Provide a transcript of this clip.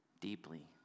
Deeply